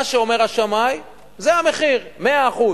מה שאומר השמאי זה המחיר, 100%,